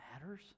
matters